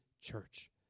church